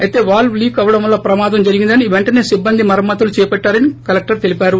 అయితే valve leak అవడం వల్ల ప్రమాదం జరిగిందని వెంటనే సిబ్బంది మరమ్మత్తులు చేపట్టారని కలెక్టర్ తెలిపారు